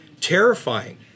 terrifying